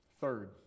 Third